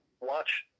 watch